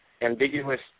ambiguous